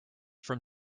from